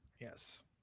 Yes